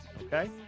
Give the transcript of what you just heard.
okay